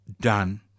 done